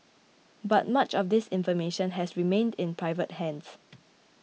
but much of this information has remained in private hands